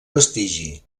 vestigi